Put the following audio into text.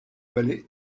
ballet